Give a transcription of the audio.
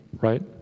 right